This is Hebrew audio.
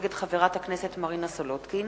נגד חברת הכנסת מרינה סולודקין,